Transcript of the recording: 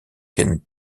ken